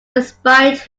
despite